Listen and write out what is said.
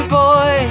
boy